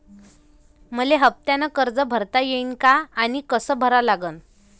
मले हफ्त्यानं कर्ज भरता येईन का आनी कस भरा लागन?